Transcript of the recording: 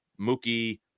Mookie